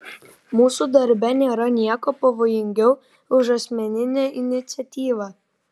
mūsų darbe nėra nieko pavojingiau už asmeninę iniciatyvą